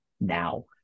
now